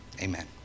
Amen